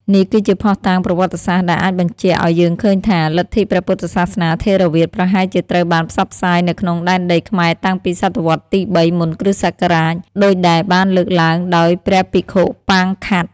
នេះគឺជាភស្តុតាងប្រវត្តិសាស្ត្រដែលអាចបញ្ជាក់ឱ្យយើងឃើញថា លទ្ធិព្រះពុទ្ធសាសនាថេរវាទប្រហែលជាត្រូវបានផ្សព្វផ្សាយនៅក្នុងដែនដីខ្មែរតាំងពី សតវត្សរ៍ទី ៣ មុនគ.ស. ដូចដែលបានលើកឡើងដោយ ព្រះភិក្ខុប៉ាង ខាត់។